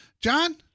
John